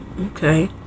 Okay